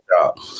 job